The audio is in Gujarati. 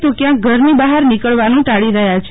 તો કયાંક ઘરની બહાર નીકળવાન ટાળી રહયા છે